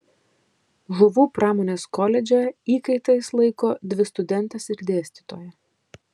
žuvų pramonės koledže įkaitais laiko dvi studentes ir dėstytoją